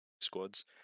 squads